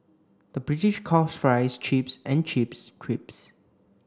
the British calls fries chips and chips crisps